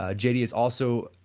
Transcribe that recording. ah j d. is also,